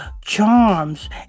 charms